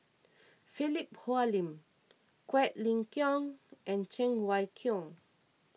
Philip Hoalim Quek Ling Kiong and Cheng Wai Keung